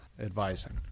advising